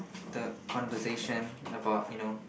the conversation about you know